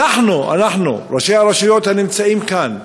אנחנו, אנחנו, ראשי הרשויות הנמצאים כאן,